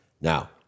Now